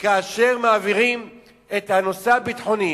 כאשר מעבירים את הנושא הביטחוני